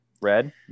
Red